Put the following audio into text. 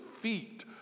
feet